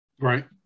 Right